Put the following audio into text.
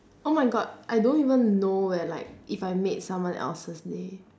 oh my god I don't even know whether like if I made someone else's day